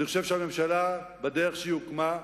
אני חושב שהממשלה, בדרך שהיא הוקמה,